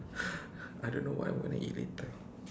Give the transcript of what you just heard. I don't know what I want to eat later